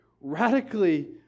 radically